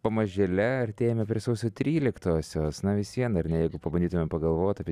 pamažėle artėjame prie sausio tryliktosios na vis vien ar ne jeigu pabandytumėm pagalvot apie